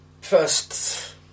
First